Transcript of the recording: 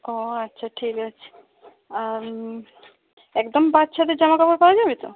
ও আচ্ছা ঠিক আছে একদম বাচ্চাদের জামাকাপড় পাওয়া যাবে তো